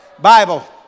Bible